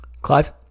Clive